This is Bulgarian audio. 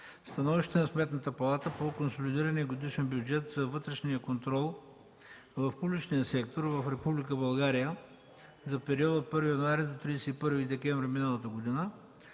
„Становище на Сметната палата по консолидирания годишен бюджет за вътрешния контрол в публичния сектор в Република България за периода от 1 януари до 31 декември миналата година”;